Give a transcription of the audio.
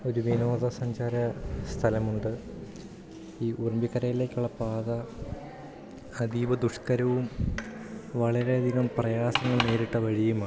ഒരു വിനോദസഞ്ചാര സ്ഥലമുണ്ട് ഈ ഉറുമ്പിക്കരയിലേക്കുള്ള പാത അതീവ ദുഷ്കരവും വളരെ അധികം പ്രയാസങ്ങൾ നേരിട്ട വഴിയുമാണ്